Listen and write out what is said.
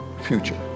future